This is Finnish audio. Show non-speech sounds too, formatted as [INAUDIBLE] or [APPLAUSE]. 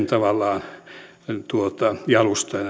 [UNINTELLIGIBLE] tavallaan jalustana ja [UNINTELLIGIBLE]